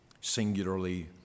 singularly